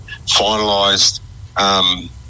finalised